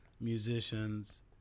musicians